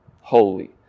Holy